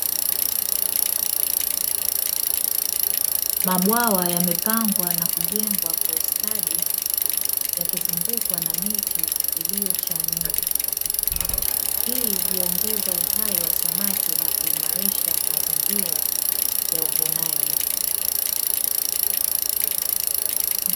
Mabwawa yamepangwa na kujengwa kwa ustadi, yakizungukwa na miti iliyochanua, hii huongeza uhai wa samaki na kuimarisha mazingira ya uvunaji.